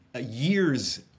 years